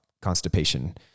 constipation